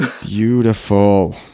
Beautiful